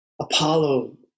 Apollo